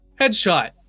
headshot